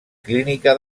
clínica